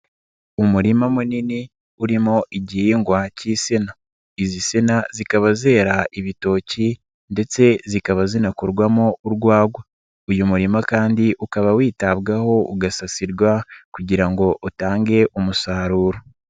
murima munini urimo igihingwa cy'isina, izi sina zikaba zera ibitoki ndetse zikaba zinakorwamo urwagwa. Uyu murima kandi ukaba witabwaho ugasasirwa kugira ngo utange umusaruro.